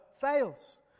fails